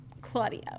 Claudio